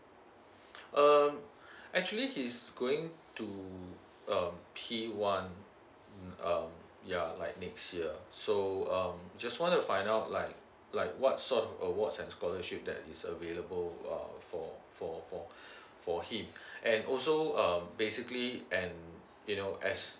um actually he's going to mm p one uh yeah like next year so uh just wanna find out like like what sort of award and scholarship that is available uh for for for for him and also um basically and you know as